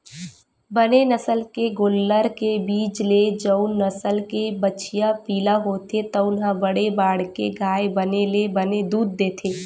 बने नसल के गोल्लर के बीज ले जउन नसल के बछिया पिला होथे तउन ह बड़े बाड़के गाय बने ले बने दूद देथे